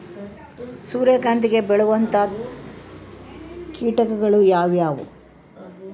ಸೂರ್ಯಕಾಂತಿಗೆ ಬೇಳುವಂತಹ ಕೇಟಗಳು ಯಾವ್ಯಾವು?